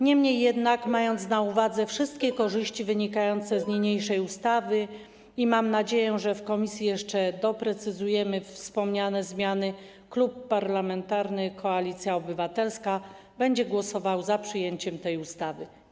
Niemniej jednak, mając na uwadze wszystkie korzyści wynikające z niniejszej ustawy - mam też nadzieję, że w komisji jeszcze doprecyzujemy wspomniane zmiany - Klub Parlamentarny Koalicja Obywatelska będzie głosował za przyjęciem tej ustawy.